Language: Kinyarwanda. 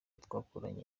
twakoranye